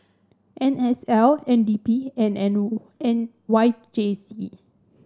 N S L N D P and N N Y J C